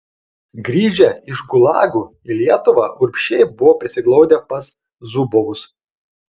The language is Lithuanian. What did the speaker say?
grįžę iš gulagų į lietuvą urbšiai buvo prisiglaudę pas zubovus